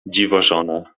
dziwożona